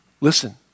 listen